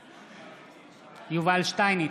נגד יובל שטייניץ,